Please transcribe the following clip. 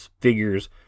figures